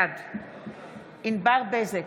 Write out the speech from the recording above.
בעד ענבר בזק,